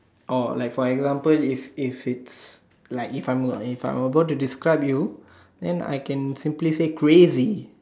oh like for example if if it's like if I'm if I'm a~ about to describe you then I can simply say crazy